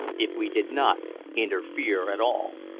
if we did not interfere at all.